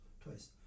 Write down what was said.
twice